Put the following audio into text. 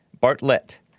Bartlett